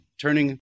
turning